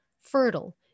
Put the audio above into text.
fertile